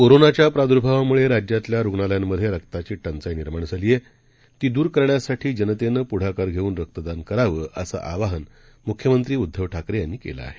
कोरोनाच्या प्रादुर्भावामुळे राज्यातल्या रुग्णालयांमधे रक्ताची टंचाई निर्माण झाली आहे ती दूर करण्यासाठी जनतेनं पुढाकार घेऊन रक्तदान करावं असं आवाहन मुख्यमंत्री उद्दव ठाकरे यांनी केलं आहे